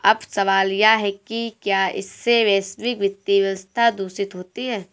अब सवाल यह है कि क्या इससे वैश्विक वित्तीय व्यवस्था दूषित होती है